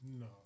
No